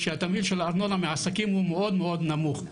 הארנונה מעסקים מאוד נמוכה.